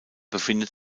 befindet